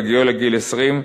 בהגיעו לגיל 20,